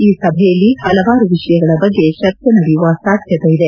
ಈ ಸಭೆಯಲ್ಲಿ ಹಲವಾರು ವಿಷಯಗಳ ಬಗ್ಗೆ ಚರ್ಚೆ ನಡೆಯುವ ಸಾಧ್ಯತೆ ಇದೆ